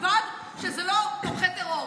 ובלבד שזה לא תומכי טרור.